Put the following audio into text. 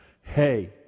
Hey